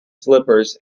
slippers